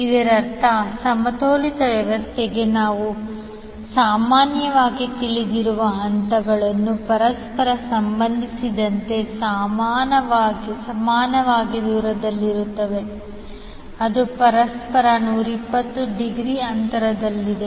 ಇದರರ್ಥ ಸಮತೋಲಿತ ವ್ಯವಸ್ಥೆಗೆ ನಾವು ಸಾಮಾನ್ಯವಾಗಿ ತಿಳಿದಿರುವ ಹಂತಗಳು ಪರಸ್ಪರ ಸಂಬಂಧಿಸಿದಂತೆ ಸಮಾನವಾಗಿ ದೂರದಲ್ಲಿರುತ್ತವೆ ಅದು ಪರಸ್ಪರ 120 ಡಿಗ್ರಿ ಅಂತರದಲ್ಲಿದೆ